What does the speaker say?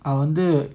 I wonder